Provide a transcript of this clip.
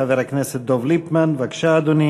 חבר הכנסת דב ליפמן, אדוני,